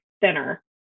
thinner